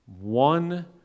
one